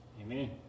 Amen